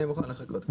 אני מוכן לחכות.